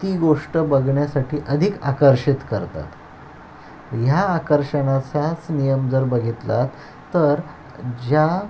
ती गोष्ट बघण्यासाठी अधिक आकर्षित करतात ह्या आकर्षणाचाच नियम जर बघितला तर ज्या